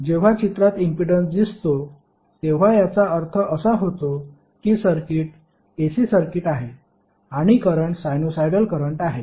जेव्हा चित्रात इम्पीडन्स दिसतो तेव्हा याचा अर्थ असा होतो की सर्किट AC सर्किट आहे आणि करंट साइनुसॉईडल करंट आहे